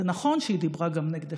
זה נכון שהיא דיברה גם נגדך,